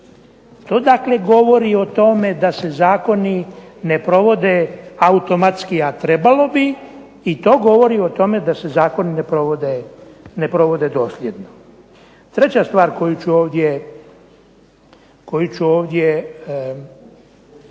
To dakle govori o tome da se zakoni ne provode automatski, a trebalo bi i to govori o tome da se zakoni ne provode dosljedno. Treća stvar koju ću ovdje spomenuti,